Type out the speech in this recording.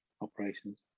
operations